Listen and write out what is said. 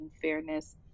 fairness